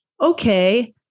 Okay